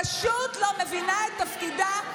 פשוט לא מבינה את תפקידה,